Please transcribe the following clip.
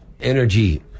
energy